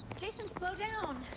jason, slow down.